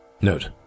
Note